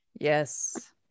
yes